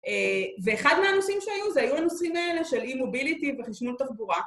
ואחד מהנושאים שהיו, זה היו הנושאים האלה של e-mobility וחישונות תחבורה.